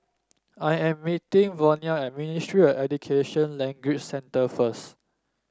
I am meeting Vonnie at Ministry Education Language Center first